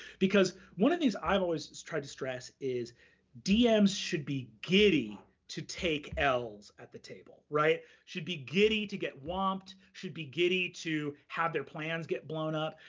because one of the things i've always tried to stress is dms should be giddy to take ls at the table, right? should be giddy to get whopped, should be giddy to have their plans get blown up,